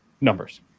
numbers